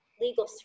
legal